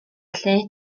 lle